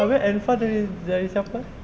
habis enfa dari dari siapa eh